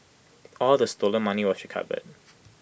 all the stolen money was recovered